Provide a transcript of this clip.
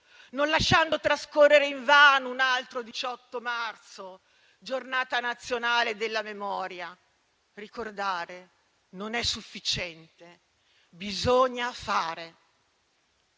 non lasciando trascorrere invano un altro 18 marzo, Giornata nazionale della memoria. Ricordare non è sufficiente: bisogna fare.